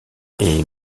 est